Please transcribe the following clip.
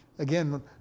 Again